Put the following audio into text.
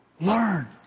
Learn